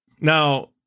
Now